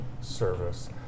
Service